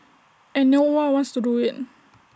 and no one wants to do IT